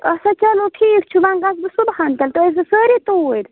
اَچھا چلو ٹھیٖک چھُ وۅنۍ گژھٕ بہٕ صُبحَن تیٚلہِ تُہۍ ٲسۍوا سٲری توٗرۍ